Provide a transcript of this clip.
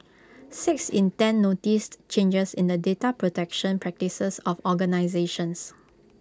six in ten noticed changes in the data protection practices of organisations